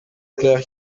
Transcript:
claire